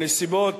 הנסיבות